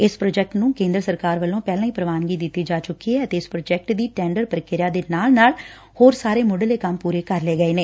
ਇਸ ਪ੍ਰੋਜੈਕਟ ਨੰ ਕੇ'ਦਰ ਸਰਕਾਰ ਵਲੋ' ਪਹਿਲਾਂ ਹੀ ਪ੍ਰਵਾਨਗੀ ਦਿੱਤੀ ਜਾ ਚੁੱਕੀ ਏ ਅਤੇ ਇਸ ਪ੍ਰੋਜੈਕਟ ਦੀ ਟੈ'ਡਰ ਪ੍ਰਕਿਰਿਆ ਦੇ ਨਾਲ ਨਾਲ ਹੋਰ ਸਾਰੇ ਮੁੱਢਲੇ ਕੰਮ ਪੁਰੇ ਕਰ ਲਏ ਗਏ ਨੇ